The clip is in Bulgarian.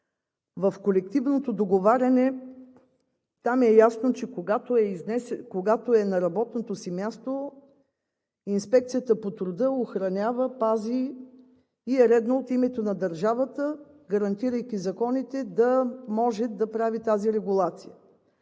в колективното договаряне там е ясно, че когато е на работното си място, Инспекцията по труда охранява, пази и е редно от името на държавата, гарантирайки законите, да може да прави тази регулация.